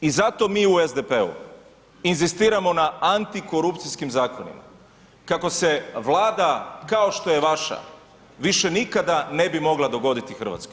I zato mi u SDP-u inzistiramo na antikorupcijskim zakonima, kako se Vlada kao što je vaša više nikada ne bi mogla dogoditi Hrvatskoj.